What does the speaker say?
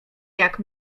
jak